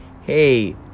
Hey